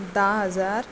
धा हजार